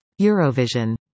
Eurovision